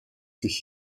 sich